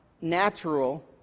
natural